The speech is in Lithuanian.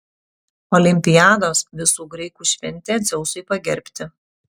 olimpiados visų graikų šventė dzeusui pagerbti